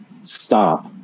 stop